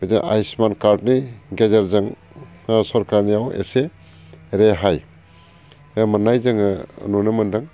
बिदि आयुसमान कार्दनि गेजेरजों सोरखारनियाव एसे रेहाय मोननाय जोङो नुनो मोन्दों